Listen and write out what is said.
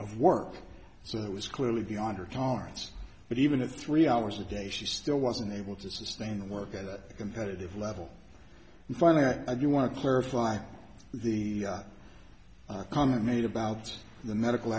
of work so that was clearly beyond her tolerance but even at three hours a day she still wasn't able to sustain the work at a competitive level and finally i do want to clarify the comment made about the medical